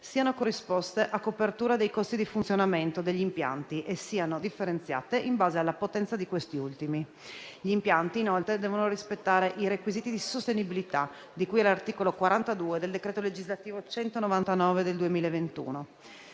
siano corrisposte a copertura dei costi di funzionamento degli impianti e siano differenziate in base alla potenza di questi ultimi. Gli impianti inoltre devono rispettare i requisiti di sostenibilità di cui all'articolo 42 del decreto legislativo n. 199 del 2021.